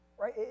right